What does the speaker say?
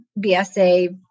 BSA